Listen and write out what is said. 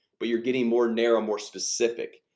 but you're getting more narrow more specific.